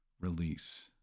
release